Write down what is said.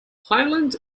hyland